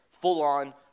full-on